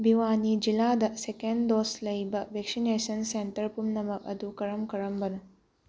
ꯕꯤꯋꯥꯅꯤ ꯖꯤꯂꯥꯗ second dose ꯂꯩꯕ vaccination centre ꯄꯨꯝꯅꯃꯛ ꯑꯗꯨ ꯀꯔꯝ ꯀꯔꯝꯕꯅꯣ